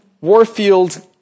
Warfield